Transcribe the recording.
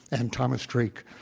and thomas drake,